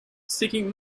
seeking